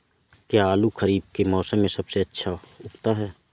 क्या आलू खरीफ के मौसम में सबसे अच्छा उगता है?